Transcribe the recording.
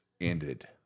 ended